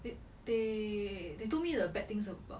they they they told me the bad things about